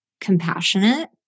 compassionate